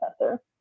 professor